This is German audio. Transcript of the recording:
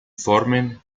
formen